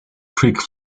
creek